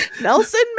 Nelson